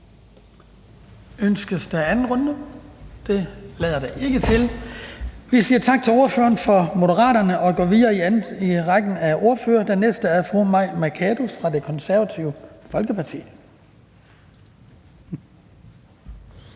Ønskes den anden korte bemærkning? Det lader det ikke til. Vi siger tak til ordføreren for Moderaterne og går videre i ordførerrækken. Den næste er fru Mai Mercado fra Det Konservative Folkeparti.